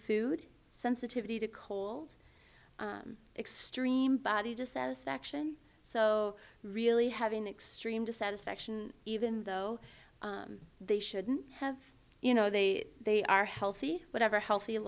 food sensitivity to cold extreme body dissatisfaction so really having extreme dissatisfaction even though they shouldn't have you know they they are healthy whatever healthy